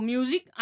Music